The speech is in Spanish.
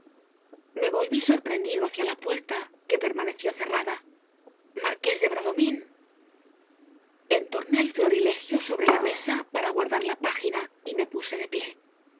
me volví sorprendido hacia la puerta que permaneció cerrada marqués de bradomín entorné el florilegio sobre la mesa para guardar la página y me puse de pié